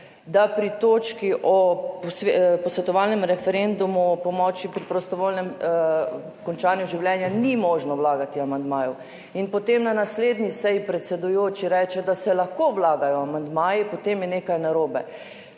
da pri točki o posvetovalnem referendumu o pomoči pri prostovoljnem končanju življenja ni možno vlagati amandmajev in potem na naslednji seji predsedujoči reče, da se lahko vlagajo amandmaji, potem je nekaj narobe.